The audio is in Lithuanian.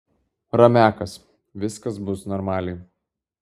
ramiakas viskas bus normaliai